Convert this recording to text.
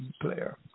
player